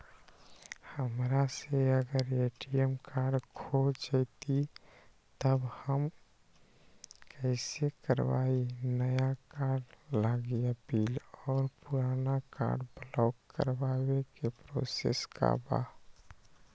हमरा से अगर ए.टी.एम कार्ड खो जतई तब हम कईसे करवाई नया कार्ड लागी अपील और पुराना कार्ड ब्लॉक करावे के प्रोसेस का बा?